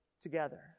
together